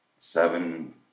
Seven